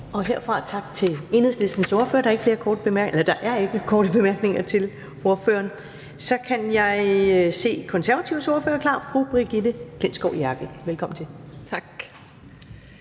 Herfra tak til Enhedslistens ordfører. Der er ikke korte bemærkninger til ordføreren. Så kan jeg se, at Konservatives ordfører er klar. Fru Brigitte Klintskov Jerkel, velkommen til. Kl.